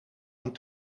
aan